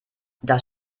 das